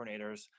coordinators